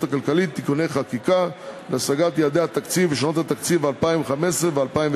הכלכלית (תיקוני חקיקה להשגת יעדי התקציב לשנות התקציב 2015 ו-2016,